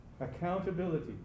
Accountability